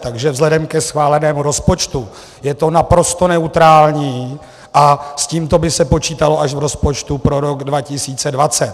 Takže vzhledem ke schválenému rozpočtu je to naprosto neutrální a s tímto by se počítalo až v rozpočtu pro rok 2020.